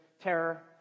terror